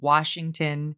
Washington